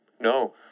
No